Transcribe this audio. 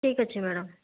ଠିକ୍ ଅଛି ମ୍ୟାଡ଼ାମ୍